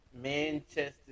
Manchester